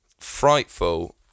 Frightful